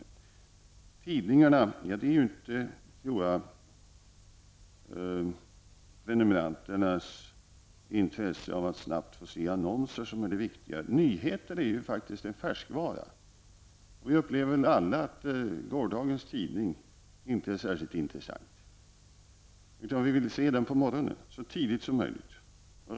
När det gäller tidningarna tror jag inte att det är prenumeranternas intresse av att snabb kunna ta del av annonserna som är det viktiga. Nyheter är faktiskt en färskvara. Vi upplever väl alla gårdagens tidning som inte särskilt intressant. Den vill vi läsa på morgonen, så tidigt som möjligt.